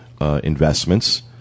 investments